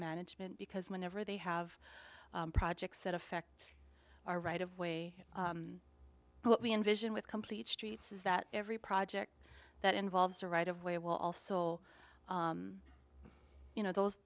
management because whenever they have projects that affect our right of way we envision with complete streets is that every project that involves a right of way will also you know those